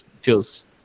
feels